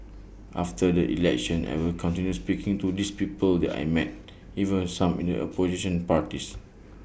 after the election I will continue speaking to these people that I met even some in the opposition parties